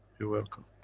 you're welcome.